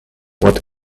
what